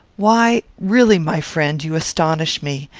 why? really, my friend, you astonish me.